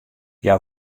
hja